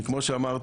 כי כמו שאמרתי,